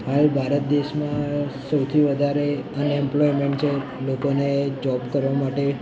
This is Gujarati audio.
હાલ ભારત દેશમાં સૌથી વધારે અનએમ્પ્લોયમેન્ટ છે લોકોને જોબ કરવા માટે